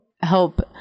help